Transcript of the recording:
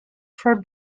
for